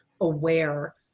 aware